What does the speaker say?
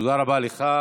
תודה רבה לך.